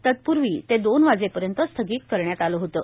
तत्पूर्वी ते दोनवाजेपर्यंत स्थगित करण्यात आलं होतं